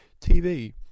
tv